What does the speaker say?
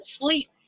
sleep